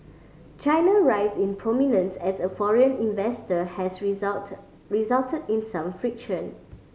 China rise in prominence as a foreign investor has result result in some friction